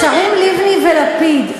השרים לבני ולפיד,